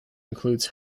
includes